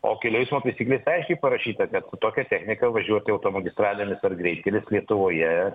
o kelių eismo taisyklėse aiškiai parašyta kad tokia technika važiuoti automagistralėmis per greitkelius lietuvoje